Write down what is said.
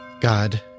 God